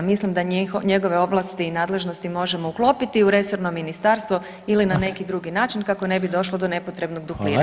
Mislim da njegove ovlasti i nadležnosti možemo uklopiti u resorno ministarstvo ili na neki drugi način kako ne bi došlo do nepotrebnog dupliranja.